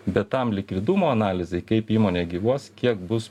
bet tam likvidumo analizei kaip įmonė gyvuos kiek bus